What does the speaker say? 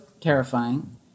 terrifying